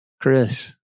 Chris